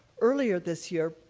earlier this year,